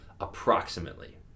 approximately